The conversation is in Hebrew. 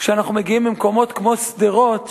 כשאנחנו מגיעים למקומות כמו שדרות,